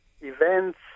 events